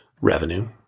revenue